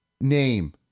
name